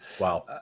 Wow